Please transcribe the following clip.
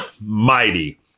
mighty